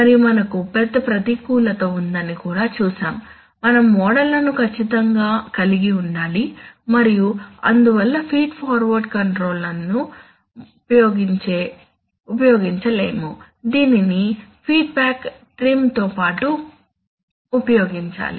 మరియు మనకు పెద్ద ప్రతికూలత ఉందని కూడా చూశాము మనం మోడళ్లను ఖచ్చితంగా కలిగి ఉండాలి మరియు అందువల్ల ఫీడ్ ఫార్వర్డ్ కంట్రోల్ను మాత్రమే ఉపయోగించలేము దీనిని ఫీడ్బ్యాక్ ట్రిమ్తో పాటు ఉపయోగించాలి